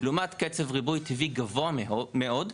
לעומת קצב ריבוי טבעי גבוה מאוד,